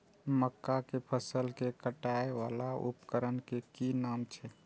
मक्का के फसल कै काटय वाला उपकरण के कि नाम छै?